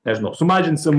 nežinau sumažinsim